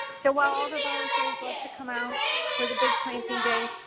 so while the volunteers love to come out for the big planting day,